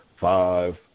five